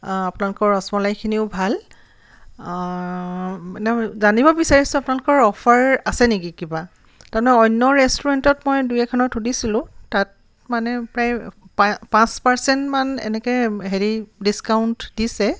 অঁ আপোনালোকৰ ৰসমলাইখিনিও ভাল মানে জানিব বিচাৰিছোঁ আপোনালোকৰ অফাৰ আছে নেকি কিবা তাৰমানে অন্য ৰেষ্টুৰেণ্টত মই দুই এখনত সুধিছিলোঁ তাত মানে প্ৰায় পা পাঁচ পাৰচেণ্টমান এনেকৈ হেৰি ডিছকাউণ্ট দিছে